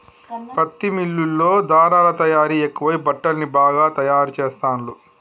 పత్తి మిల్లుల్లో ధారలా తయారీ ఎక్కువై బట్టల్ని బాగా తాయారు చెస్తాండ్లు